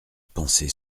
pensée